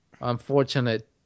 unfortunate